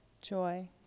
joy